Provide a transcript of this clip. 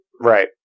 Right